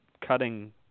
cutting